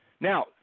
Now